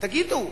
תגידו,